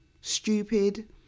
stupid